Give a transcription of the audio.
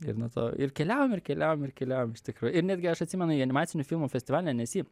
ir nuo to ir keliaujam ir keliaujam ir keliaujam iš tikro ir netgi aš atsimenu j animacinių filmų festivalį annecy